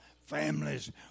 Families